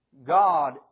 God